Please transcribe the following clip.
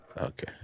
Okay